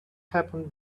happened